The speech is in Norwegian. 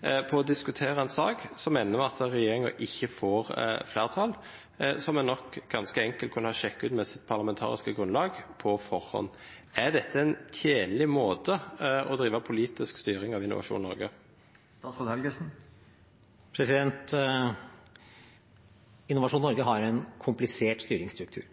på å diskutere en sak som ender med at regjeringen ikke får flertall, noe som en nok ganske enkelt kunne ha sjekket ut med sitt parlamentariske grunnlag på forhånd. Er dette en tjenlig måte å drive politisk styring av Innovasjon Norge på? Innovasjon Norge har en komplisert styringsstruktur: